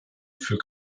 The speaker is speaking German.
für